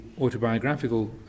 autobiographical